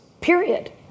period